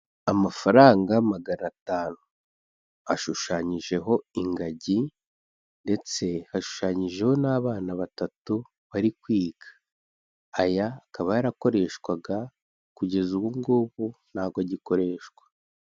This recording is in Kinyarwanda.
Amafaranga magana atanu ashushanyijeho ingagi ndetse hashushanyijeho n'abana batatu bari kwiga aya akaba yarakoreshwaga kugeza ubu ngubu ntago agikoreshwa.